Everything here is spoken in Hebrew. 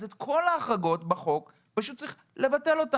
את כל ההחרגות בחוק צריך לבטל.